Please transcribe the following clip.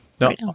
No